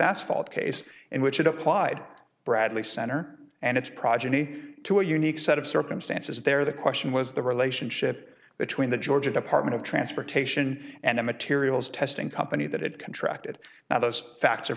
asphalt case in which it applied bradley center and its progeny to a unique set of circumstances there the question was the relationship between the georgia department of transportation and the materials testing company that it contract it now those facts are